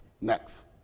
Next